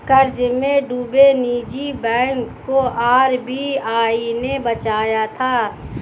कर्ज में डूबे निजी बैंक को आर.बी.आई ने बचाया था